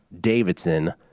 Davidson